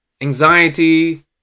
Anxiety